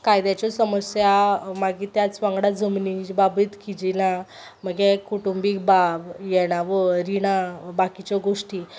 कायद्याच्यो समस्या मागीर त्याच वांगडा जमनी बाबत किजिलां मागीर कुटुंबीक बाब येणावळ रिणां बाकीच्यो गोश्टी